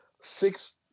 six